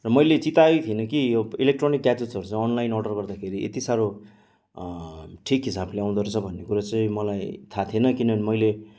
र मैले चिताएकै थिइन कि यो इलेक्ट्रोनिक ग्याजेट्सहरू चाहिँ अनलाइन अर्डर गर्दाखेरि यति साह्रो ठिक हिसाबले आउँदोरहेछ भन्ने कुरो चाहिँ मलाई थाह थिएन किनभने मैले